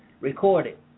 recorded